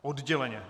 Odděleně.